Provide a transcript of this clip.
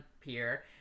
pier